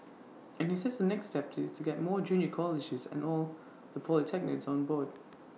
and he says the next step is to get more junior colleges and all the polytechnics on board